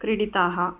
क्रीडिताः